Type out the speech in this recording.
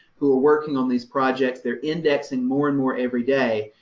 who are working on these projects. they're indexing more and more every day,